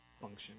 function